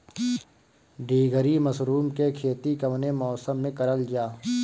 ढीघरी मशरूम के खेती कवने मौसम में करल जा?